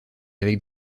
avec